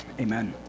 Amen